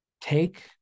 Take